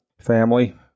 family